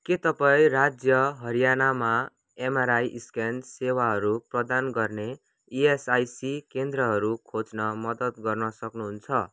के तपाईँँ राज्य हरियाणामा एमआरआई स्क्यान सेवाहरू प्रदान गर्ने इएसआइसी केन्द्रहरू खोज्न मद्दत गर्न सक्नुहुन्छ